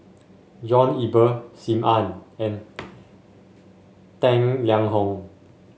John Eber Sim Ann and Tang Liang Hong